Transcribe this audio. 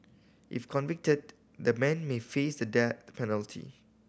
if convicted the men may face the death penalty